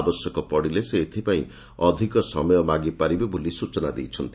ଆବଶ୍ୟକ ପଡ଼ିଲେ ସେ ଏଥିପାଇଁ ଅଧିକ ସମୟ ମାଗିପାରିବେ ବୋଲି ସ୍ଚନା ଦେଇଛନ୍ତି